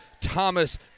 Thomas